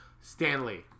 Stanley